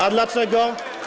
A dlaczego?